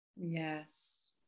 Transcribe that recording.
yes